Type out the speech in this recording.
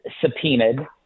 subpoenaed